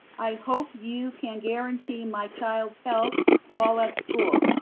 i hope you can guarantee my child's health while at school.